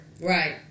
Right